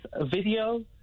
Video